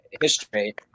history